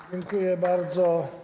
Dziękuję bardzo.